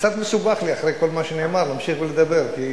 קצת מסובך לי אחרי כל מה שנאמר להמשיך ולדבר, כי